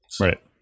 right